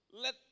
let